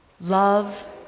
Love